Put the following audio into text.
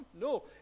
No